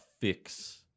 fix